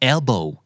Elbow